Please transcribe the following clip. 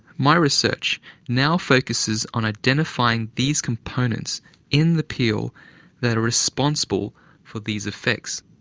my research now focuses on identifying these components in the peel that are responsible for these effects.